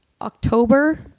October